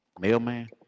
Mailman